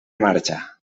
marxa